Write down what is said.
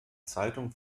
zeitung